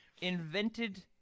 invented